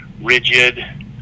rigid